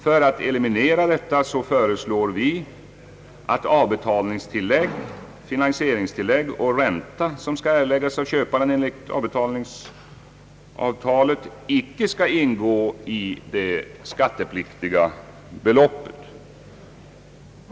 För att eliminera detta föreslår vi att det avbetalningstillägg, finansieringstillägg och den ränta, som skall erläggas av köparen enligt avbetalningsavtalet, icke skall ingå i det skattepliktiga beloppet.